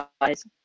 guys